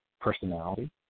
personality